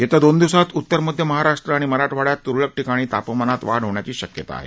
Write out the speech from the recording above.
येत्या दोन दिवसात उत्तर मध्य महाराष्ट्र आणि मराठवाडयातल्या त्रळक ठिकाणी तापमानात वाढ होण्याची शक्यता आहे